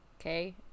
Okay